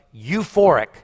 euphoric